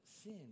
sin